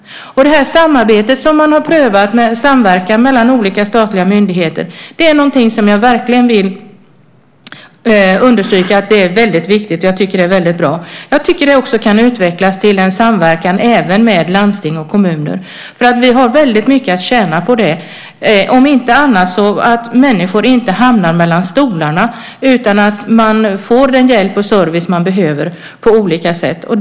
Det samarbete som man har prövat, samverkan mellan olika statliga myndigheter, är något som jag verkligen vill understryka att det är väldigt viktigt. Jag tycker att det är väldigt bra. Jag tycker att det kan utvecklas till en samverkan även med landsting och kommuner. Vi har väldigt mycket att tjäna på det, om inte annat på så sätt att inte människor hamnar mellan stolarna utan att man får den hjälp och service man behöver på olika sätt.